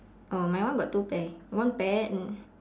oh my one got two pair one pair